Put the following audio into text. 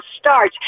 starts